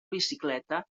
bicicleta